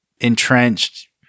entrenched